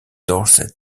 dorset